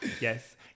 Yes